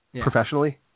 Professionally